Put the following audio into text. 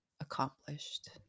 accomplished